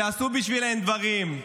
שעשו בשבילם דברים.